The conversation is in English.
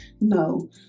no